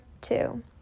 two